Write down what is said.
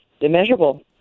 immeasurable